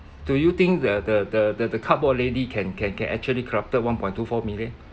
do you think the the the the the cardboard lady can can can actually corrupted one point two four million